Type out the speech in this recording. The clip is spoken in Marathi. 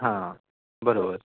हां बरोबर